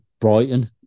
Brighton